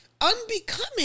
unbecoming